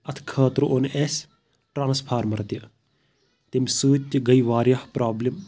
اَتھ خٲطرٕ اوٚن اَسہِ ٹرانسفارمر تہِ تَمہِ سۭتۍ تہِ گیے واریاہ پرابلِم